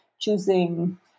choosing